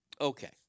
Okay